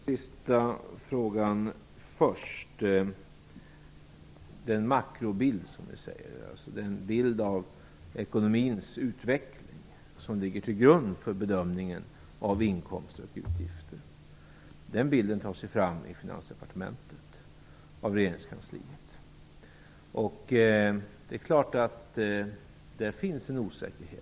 Herr talman! Jag tar den första frågan först. Den s.k. makrobilden, dvs. den bild av ekonomins utveckling som ligger till grund för bedömningen av inkomster och utgifter, tas ju fram i Finansdepartementet av regeringskansliet. Där finns naturligtvis en osäkerhet.